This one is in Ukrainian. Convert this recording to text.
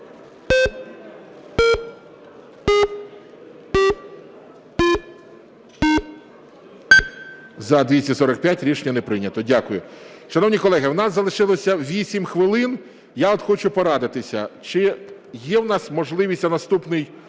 За-245 Рішення прийнято. Дякую. Шановні колеги, у нас залишилось 8 хвилин, я хочу порадитись. Чи є у нас можливість наступний